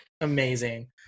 Amazing